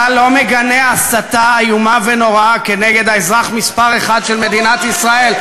אתה לא מגנה הסתה איומה ונוראה נגד האזרח מספר אחת של מדינת ישראל,